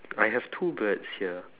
I have two birds here